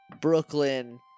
Brooklyn